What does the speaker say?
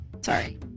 Sorry